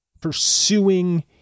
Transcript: pursuing